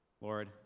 Lord